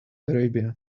arabia